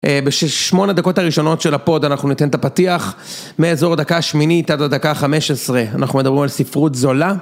בששמונה דקות הראשונות של הפוד, אנחנו ניתן את הפתיח מאזור הדקה השמינית עד הדקה חמש עשרה, אנחנו מדברים על ספרות זולה.